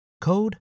code